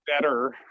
better